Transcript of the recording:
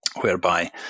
whereby